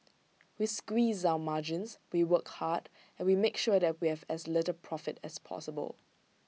we squeeze our margins we work hard and we make sure that we have as little profit as possible